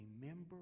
remember